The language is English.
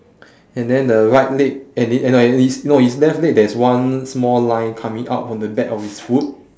and then the right leg and it and no his no his left leg there is one small line coming out from the back of his foot